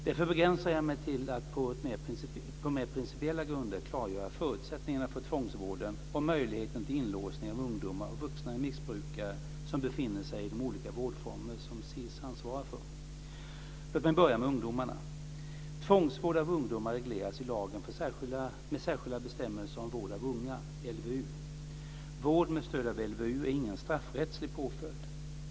Därför begränsar jag mig till att på mer principiella grunder klargöra förutsättningarna för tvångsvården och möjligheten till inlåsning av ungdomar och vuxna missbrukare som befinner sig i de olika vårdformer som SiS ansvarar för. Låt mig börja med ungdomarna. Tvångsvård av ungdomar regleras i lagen om särskilda bestämmelser om vård av unga . Vård med stöd av LVU är ingen straffrättslig påföljd.